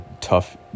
tough